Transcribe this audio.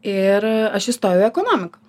ir aš įstojau į ekonomiką